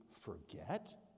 forget